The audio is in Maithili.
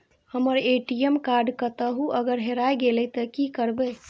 हमर ए.टी.एम कार्ड कतहो अगर हेराय गले ते की करबे?